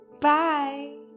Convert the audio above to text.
Bye